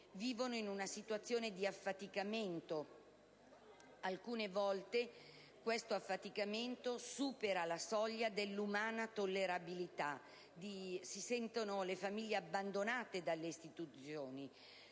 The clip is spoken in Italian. vivono in una situazione di affaticamento? Alcune volte questo affaticamento supera la soglia dell'umana tollerabilità. Le famiglie si sentono abbandonate dalle istituzioni,